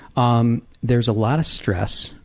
um there's a lot of stress,